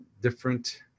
different